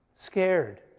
scared